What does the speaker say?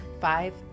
five